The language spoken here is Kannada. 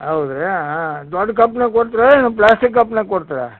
ಹೌದ್ರಾ ಹಾಂ ದೊಡ್ಡ ಕಪ್ನಾಗೆ ಕೊಡ್ತಿರೆನು ಪ್ಲಾಸ್ಟಿಕ್ ಕಪ್ನಾಗೆ ಕೋಡ್ತಿರ್ಯಾ